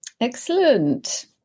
excellent